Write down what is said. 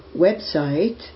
website